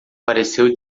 pareceu